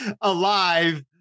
alive